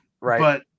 right